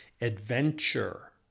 adventure